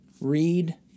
Read